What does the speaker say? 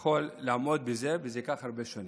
יכול לעמוד בזה, וזה ייקח הרבה שנים.